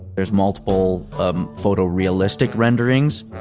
there's multiple um, photorealistic renderings.